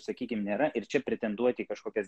sakykim nėra ir čia pretenduoti į kažkokias